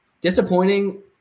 Disappointing